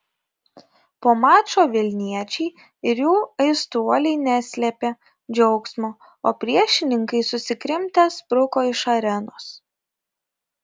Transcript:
po mačo vilniečiai ir jų aistruoliai neslėpė džiaugsmo o priešininkai susikrimtę spruko iš arenos